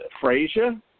Frazier